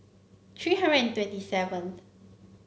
three hundred and twenty seventh